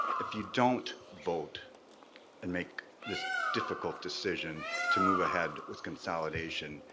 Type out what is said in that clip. if you don't vote and make this difficult decision to move ahead with consolidation,